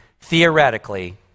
theoretically